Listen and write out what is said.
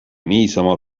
niisama